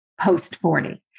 post-40